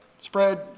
spread